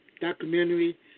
documentary